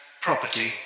Property